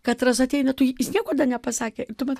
katras ateina tu jis nieko dar nepasakė ir tu matai